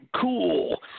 cool